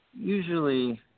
usually